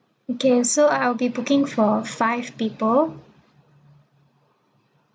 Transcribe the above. okay so I I'll be booking for five people